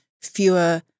fewer